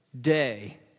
day